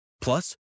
Plus